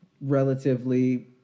relatively